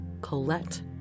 Colette